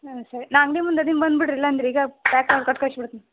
ಹಾಂ ಸರಿ ನಾ ಅಂಗ್ಡಿ ಮುಂದೆ ಅದನ್ನ ಬಂದು ಬಿಡ್ರಿ ಇಲ್ಲಾಂದ್ರೆ ಈಗ ಪ್ಯಾಕ್ ಮಾಡಿ ಕೊಟ್ಟು ಕಳಿಸಿ ಬಿಡ್ತೀನಿ